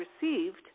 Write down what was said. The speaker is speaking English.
received